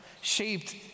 shaped